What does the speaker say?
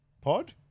pod